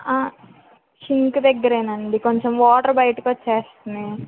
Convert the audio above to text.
shrink దగ్గరేనండి కొంచెం water బయటికి వచ్చేస్తున్నాయ్